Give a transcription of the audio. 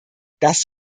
das